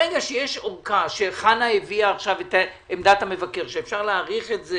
ברגע שיש ארכה חנה הביאה עכשיו את עמדת המבקר שאפשר להאריך את זה